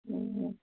ହୁଁ ହୁଁ